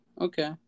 Okay